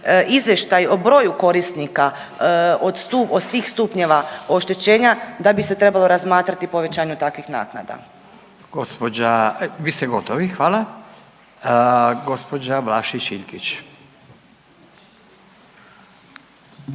izvještaj o broju korisnika od svih stupnjeva oštećenja da bi se trebalo razmatrati o povećanju takvih naknada. **Radin, Furio (Nezavisni)** Vi ste gotovi hvala. Gospođa Vlašić Iljkić. Izvolite.